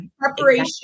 preparation